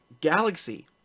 galaxy